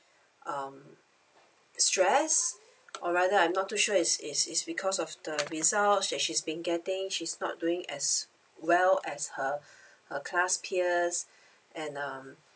um stress or rather I'm not too sure is is is because of the results that she's being getting she's not doing as well as her her class peers and um